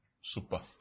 Super